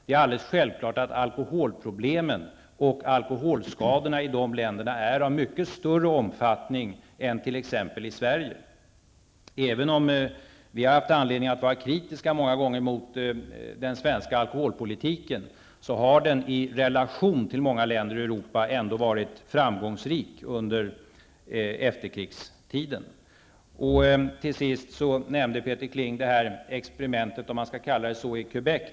Det är alldeles självklart att alkoholproblemen och alkoholskadorna i dessa länder är av mycket större omfattning än vad de är i t.ex. Sverige. Även om vi många gånger haft anledning att vara kritiska mot den svenska alkoholpolitiken, har den i relation till många andra länder i Europa ändå varit framgångsrik under efterkrigstiden. Peter Kling omnämnde det här experimentet -- eller vad man skall kalla det för -- i Quebec.